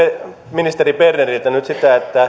ministeri berneriltä nyt sitä